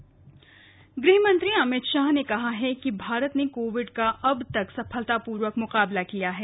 अमित शाह गृहमंत्री अमित शाह ने कहा है कि भारत ने कोविड का अब तक सफलतापूर्वक मुकाबला किया है